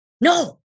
No